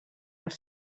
els